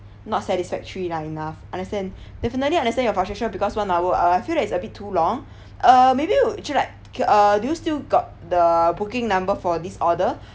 not satisfactory lah enough understand definitely understand your frustration because one hour uh I feel that it's a bit too long uh maybe would you like uh do you still got the booking number for this order